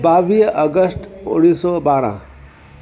ॿावीह अगश्ट उणिवीह सौ ॿारहं